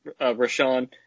Rashawn